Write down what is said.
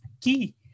key